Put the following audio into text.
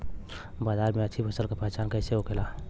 बाजार में अच्छी फसल का पहचान कैसे होखेला?